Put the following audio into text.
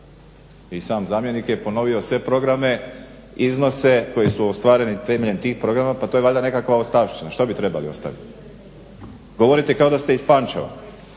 I sam zamjenik je ponovio sve programe, iznose koji su ostvareni temeljem tih programa. Pa to je valjda nekakva ostavština. Što bi trebali ostaviti? Govorite kao da ste iz Pančeva?